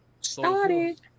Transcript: started